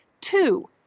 Two